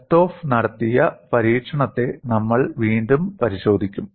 കൽതോഫ് നടത്തിയ പരീക്ഷണത്തെ നമ്മൾ വീണ്ടും പരിശോധിക്കും